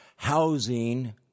Housing